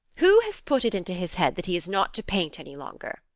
who has put it into his head that he is not to paint any longer?